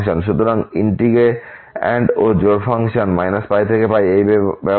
সুতরাং ইন্টিগ্র্যান্ড ও জোড় ফাংশন π থেকে এই ব্যাবধানে